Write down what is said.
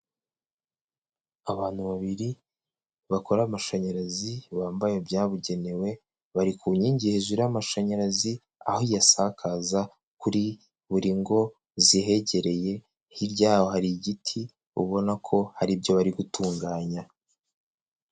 Abantu babiri bakora amashanyarazi, bambaye byabugenewe, bari ku nkingi hejuru y'amashanyarazi, aho iyasakaza kuri buri ngo zihegereye, hirya yaho hari igiti, ubona ko hari ibyo bari gutunganya.